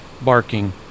barking